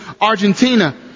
Argentina